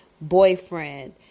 boyfriend